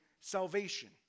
salvation